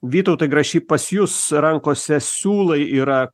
vytautai grašy pas jus rankose siūlai yra